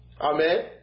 Amen